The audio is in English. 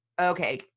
okay